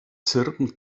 zirpen